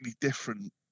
different